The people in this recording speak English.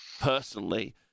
personally